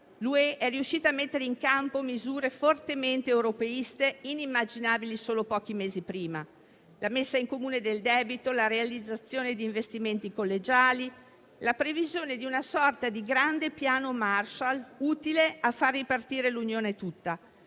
l'UE è riuscita a mettere in campo misure fortemente europeiste inimmaginabili solo pochi mesi prima: la messa in comune del debito, la realizzazione di investimenti collegiali, la previsione di una sorta di grande Piano Marshall utile a far ripartire l'Unione tutta,